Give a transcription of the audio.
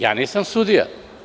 Ja nisam sudija.